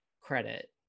credit